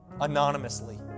anonymously